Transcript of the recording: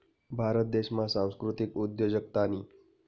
भारत देशमा सांस्कृतिक उद्योजकतानी